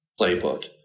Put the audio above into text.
playbook